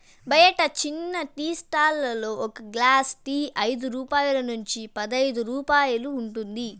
బయట చిన్న tea stall లలో ఒక గ్లాస్ టీ ఐదు రూపాయల నుంచి పదైదు రూపాయలు ఉంటుంది